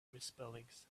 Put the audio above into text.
misspellings